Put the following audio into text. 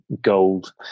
gold